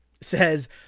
says